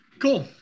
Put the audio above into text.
Cool